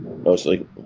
mostly